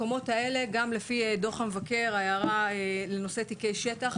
בדוח המבקר הייתה הערה בנושא תיקי שטח.